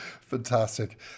Fantastic